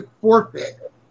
Forfeit